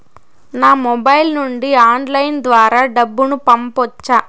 నా మొబైల్ నుండి ఆన్లైన్ ద్వారా డబ్బును పంపొచ్చా